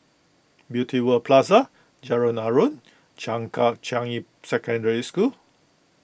Beauty World Plaza Jalan Aruan Changkat Changi Secondary School